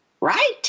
right